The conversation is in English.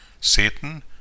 Satan